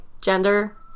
gender